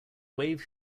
wave